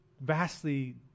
vastly